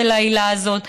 בשל העילה הזאת,